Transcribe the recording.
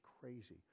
crazy